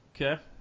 Okay